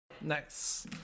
Nice